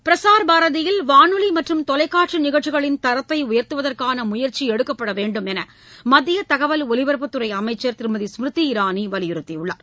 பிரசார் பாரதியில் வானொலி மற்றும் தொலைக்காட்சி நிகழ்ச்சிகளின் தரத்தை உயர்த்துவதற்கான முயற்சி எடுக்கப்பட வேண்டும் என்று மத்திய தகவல் ஒலிபரப்புத் துறை அமைச்சர் திருமதி ஸ்மிருதி இரானி வலியுறுத்தியுள்ளார்